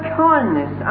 kindness